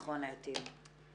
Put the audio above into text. מכון עתים, בבקשה.